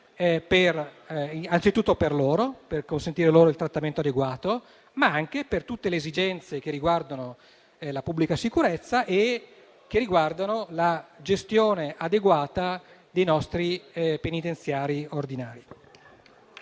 innanzitutto per loro, per consentire loro un trattamento adeguato, ma anche per tutte le esigenze che riguardano la pubblica sicurezza e la gestione adeguata dei nostri penitenziari ordinari.